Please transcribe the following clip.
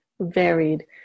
varied